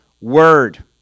word